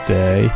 day